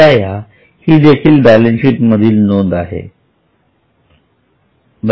किराया हि देखील बॅलन्सशीट मधील नोंद आहे का